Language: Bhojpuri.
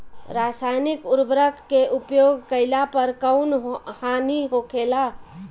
रसायनिक उर्वरक के उपयोग कइला पर कउन हानि होखेला?